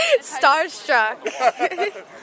starstruck